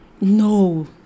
no